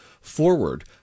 forward